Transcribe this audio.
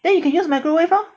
then you can use microwave lor